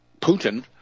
Putin